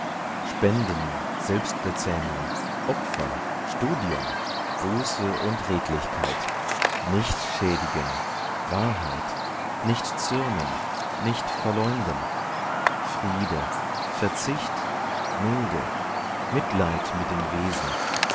spenden selbstbezähmung opfer studium buße und redlichkeit nichtschäd'gen wahrheit nichtzürnen nichtverleumden friede verzicht milde mitleid mit den wesen